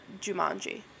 Jumanji